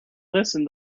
listen